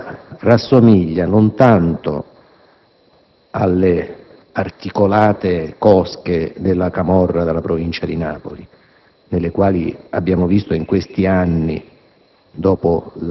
essa rassomiglia non tanto alle articolate cosche della camorra della Provincia di Napoli, all'interno delle quali abbiamo assistito in questi anni,